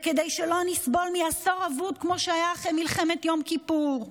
כדי שלא נסבול מעשור אבוד כמו שהיה אחרי מלחמת יום כיפור.